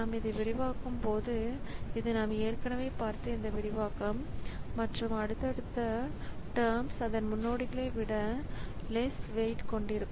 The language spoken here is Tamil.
நாம் இதை விரிவாக்கும்போது இது நாம் ஏற்கனவே பார்த்த இந்த விரிவாக்கம் மற்றும் அடுத்தடுத்த terms அதன் முன்னோடிகளை விட லெஸ் வெயிட்less weight கொண்டிருக்கும்